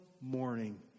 morning